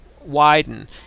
widen